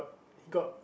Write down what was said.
got